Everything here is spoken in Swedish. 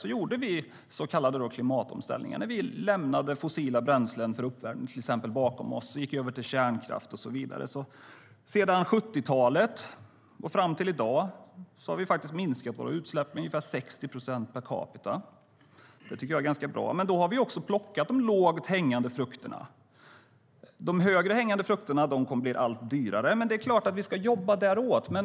Sverige lämnade fossila bränslen för uppvärmning och gick över till kärnkraft och så vidare. Sedan 70-talet och fram till i dag har Sveriges utsläpp minskat med ungefär 60 procent per capita. Det är bra. Men då har vi plockat de lågt hängande frukterna. De högre hängande frukterna kommer att bli allt dyrare, men det är klart att vi ska jobba ditåt.